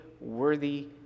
worthy